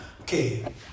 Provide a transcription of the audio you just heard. Okay